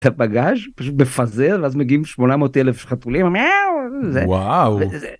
את הבגאז', פשוט מפזר ואז מגיעים שמונה מאות אלף חתולים. וואו